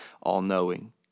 all-knowing